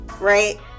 right